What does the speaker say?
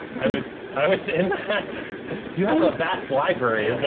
i was i was in that you have a vast library and but